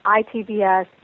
ITBS